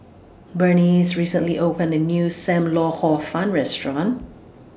Burnice recently opened A New SAM Lau Hor Fun Restaurant